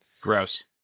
Gross